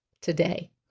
today